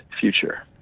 future